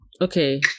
Okay